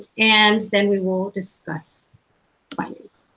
and then we will discuss findings.